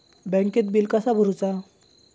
बँकेत बिल कसा भरुचा?